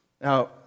Now